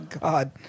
God